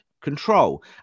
control